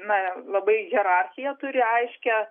na labai hierarchija turi aiškią